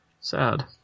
Sad